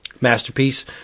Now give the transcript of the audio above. masterpiece